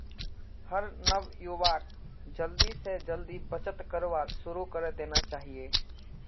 हर नवयुवाक जल्दी स जल्दी बचत करवार शुरू करे देना चाहिए